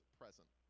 present